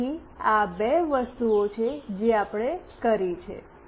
તેથી આ બે વસ્તુઓ છે જે આપણે કરી છે